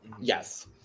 Yes